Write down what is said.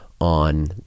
on